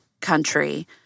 country